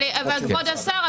אבל כבוד השר,